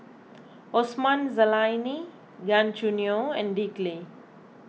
Osman Zailani Gan Choo Neo and Dick Lee